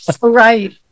Right